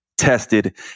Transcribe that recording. Tested